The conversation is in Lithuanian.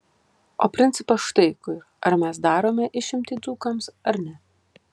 o principas štai kur ar mes darome išimtį dzūkams ar ne